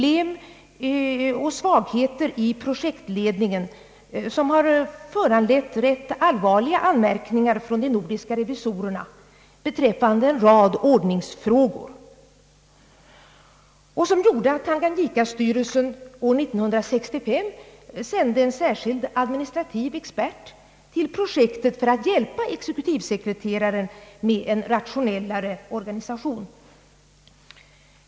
Det har varit svagheter i projektledningen som föranlett rätt allvarliga anmärkningar från de nordiska revisorerna beträffande en rad ordningsfrågor och som gjorde att Tanganyikasty relsen år 1965 sände en särskild administrativ expert till projektet för att hjälpa exekutivsekreteraren med en rationellare organisation.